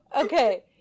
Okay